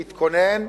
להתכונן,